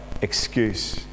excuse